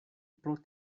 pro